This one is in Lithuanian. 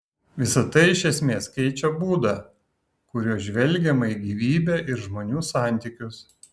visa tai iš esmės keičia būdą kuriuo žvelgiama į gyvybę ir žmonių santykius